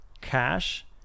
cash